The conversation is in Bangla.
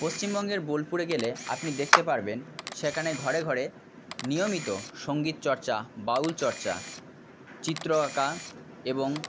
পশ্চিমবঙ্গের বোলপুরে গেলে আপনি দেকতে পারবেন সেখানে ঘরে ঘরে নিয়মিত সঙ্গীতচর্চা বাউলচর্চা চিত্র আঁকা এবং